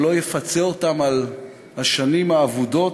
זה לא יפצה אותם על השנים האבודות,